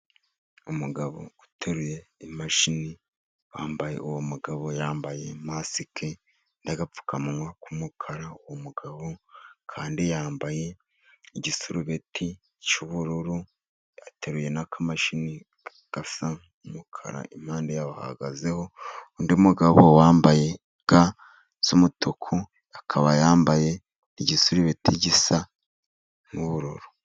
Umugabo uteruye imashini wambaye, uwo mugabo yambaye masike n'agapfukanwa k'umukara, umugabo kandi yambaye igisarubeti cy'ubururu ateruye n'akamashini gasa n'umukara, impande yaho hahagazeho undi mugabo wambaye ga z'umutuku, akaba yambaye igisarubeti gisa n'ubururu.